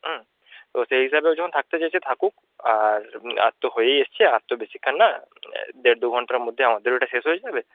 হুম তো সেই হিসাবে ও যখন থাকতে চাইছে থাকুক আর আর তো হয়েই এসছে আর তো বেশিক্ষণ না দেড় দু ঘন্টার মধ্যে আমাদের ওটা শেষ হয়ে যাবে